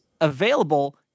available